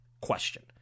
question